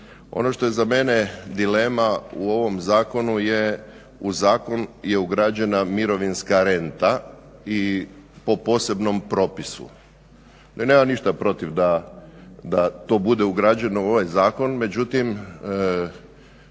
Ono što je za mene dilema u ovom Zakonu je, u zakon je ugrađena mirovinska renta po posebnom propisu. Ja nemam ništa protiv da to bude ugrađeno u ovaj zakon, međutim